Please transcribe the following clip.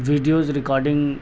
videos recording